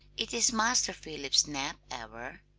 it is master philip's nap hour.